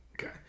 Okay